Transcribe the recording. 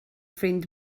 ffrind